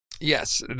Yes